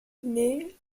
naît